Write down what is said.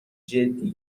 جدی